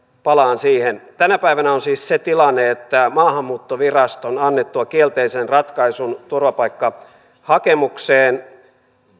palaan siihen tänä päivänä on siis se tilanne että maahanmuuttoviraston annettua kielteisen ratkaisun turvapaikkahakemukseen